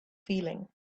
feeling